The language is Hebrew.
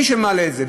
מי שמעלה את זה,